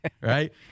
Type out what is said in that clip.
right